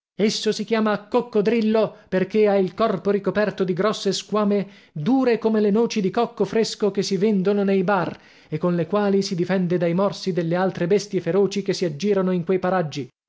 esso si chiama coccodrillo perché ha il corpo ricoperto di grosse squame dure come le noci di cocco fresco che si vendono nei bar e con le quali si difende dai morsi delle altre bestie feroci che si aggirano in quei paraggi